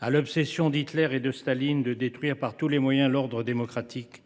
À l’obsession d’Hitler et de Staline de détruire par tous les moyens l’ordre démocratique